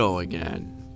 Again